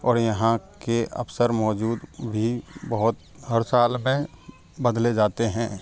और यहाँ के अफ़सर मौजूद भी बहुत हर साल में बदले जाते हैं